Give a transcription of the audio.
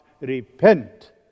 repent